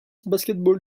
basketball